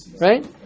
right